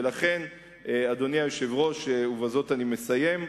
ולכן, אדוני היושב-ראש, ובזאת אני מסיים,